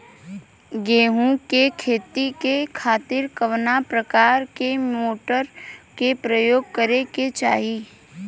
गेहूँ के खेती के खातिर कवना प्रकार के मोटर के प्रयोग करे के चाही?